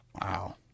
Wow